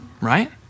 Right